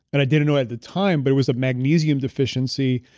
and i didn't know at the time but it was a magnesium deficiency.